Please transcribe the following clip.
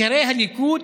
בכירי הליכוד